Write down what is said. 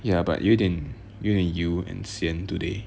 ya but 有点有点油 and 咸 today